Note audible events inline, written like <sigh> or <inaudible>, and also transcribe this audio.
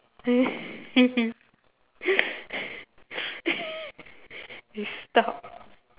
<laughs> stop